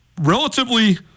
relatively